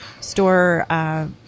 store